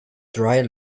dry